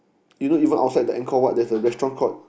you know even outside the Angkor-Wat there's a restaurant called